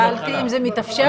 שאלתי אם זה מתאפשר בכלל.